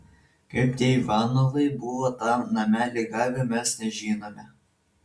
kaip tie ivanovai buvo tą namelį gavę mes nežinome